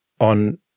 on